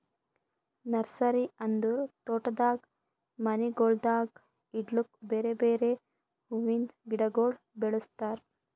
nursery ಅಂದುರ್ ತೋಟದಾಗ್ ಮನಿಗೊಳ್ದಾಗ್ ಇಡ್ಲುಕ್ ಬೇರೆ ಬೇರೆ ಹುವಿಂದ್ ಗಿಡಗೊಳ್ ಬೆಳುಸ್ತಾರ್